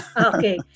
Okay